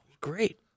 Great